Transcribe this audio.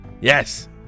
Yes